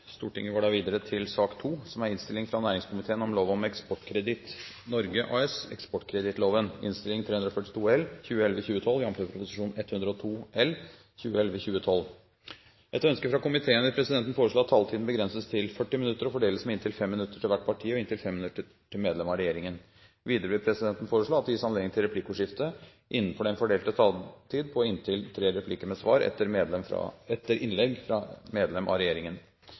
sak nr. 1. Etter ønske fra næringskomiteen vil presidenten foreslå at taletiden begrenses til 40 minutter og fordeles med inntil 5 minutter til hvert parti og inntil 5 minutter til medlem av regjeringen. Videre vil presidenten foreslå at det gis anledning til replikkordskifte på inntil tre replikker med svar etter innlegg fra medlem av regjeringen innenfor den fordelte taletid. Videre blir det foreslått at de som måtte tegne seg på talerlisten utover den fordelte taletid, får en taletid på inntil